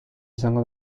izango